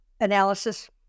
analysis